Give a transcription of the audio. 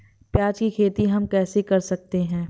प्याज की खेती हम कैसे कर सकते हैं?